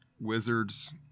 Wizards